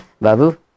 Babu